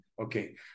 Okay